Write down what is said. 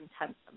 intense